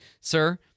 Sir